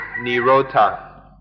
nirota